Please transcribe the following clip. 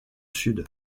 sud